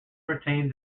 retains